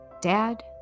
Dad